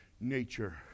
Nature